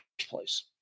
place